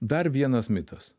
dar vienas mitas